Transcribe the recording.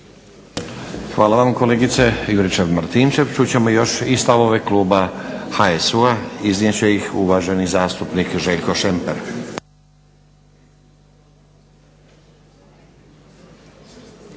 Hvala vam kolegice Juričev-Martinčev. Čut ćemo još i stavove kluba HSU-a iznijet će ih uvaženi zastupnik Željko Šemper.